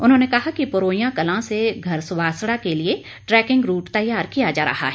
उन्होंने कहा कि परोईयां कलां से घरवासड़ा के लिए ट्रेकिंग रूट तैयार किया जा रहा है